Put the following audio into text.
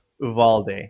Uvalde